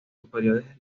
superiores